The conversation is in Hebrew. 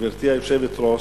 גברתי היושבת-ראש,